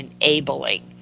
enabling